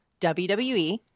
WWE